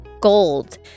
Gold